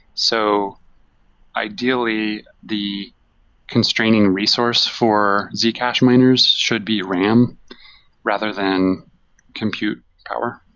so ideally, the constraining resource for zcash miners should be ram rather than compute power